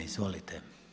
Izvolite.